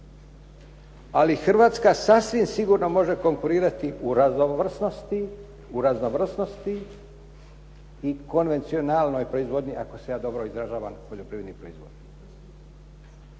ali Hrvatska sasvim sigurno može konkurirati u raznovrsnosti i konvencionalnoj proizvodnji ako se ja dobro izražavam poljoprivrednom proizvodnjom.